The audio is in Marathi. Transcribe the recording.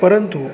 परंतु